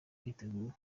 kwitegura